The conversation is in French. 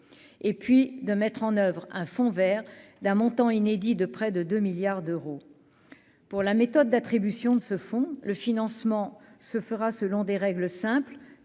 et puis de mettre en oeuvre un fond Vert, d'un montant inédit de près de 2 milliards d'euros pour la méthode d'attribution de ce fonds, le financement se fera selon des règles simples